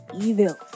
evil